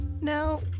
Now